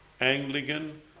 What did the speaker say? Anglican